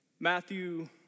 Matthew